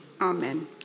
Amen